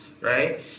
right